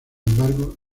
embargo